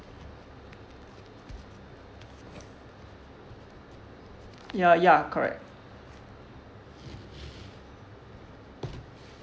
ya ya correct